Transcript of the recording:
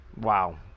wow